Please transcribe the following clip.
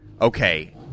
okay